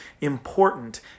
important